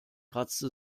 kratzte